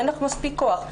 אין לך מספיק כוח,